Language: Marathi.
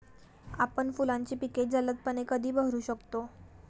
आपण फुलांची पिके जलदपणे कधी बहरू शकतो?